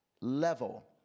level